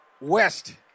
West